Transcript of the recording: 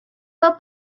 fel